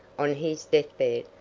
on his deathbed,